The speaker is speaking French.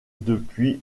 depuis